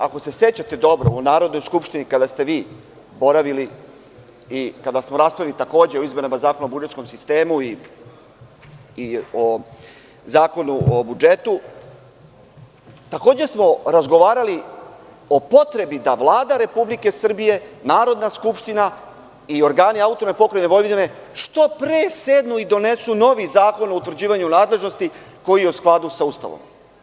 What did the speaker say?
Ako se sećate dobro, u Narodnoj skupštini, kada ste vi boravili i kada smo takođe raspravljali o izmenama Zakona o budžetskom sistemu i o Zakonu o budžetu, takođe smo razgovarali o potrebi da Vlada Republike Srbije, Narodna skupština i organi AP Vojvodine, što pre sednu i donesu novi zakon o utvrđivanju nadležnosti, koji je u skladu sa Ustavom.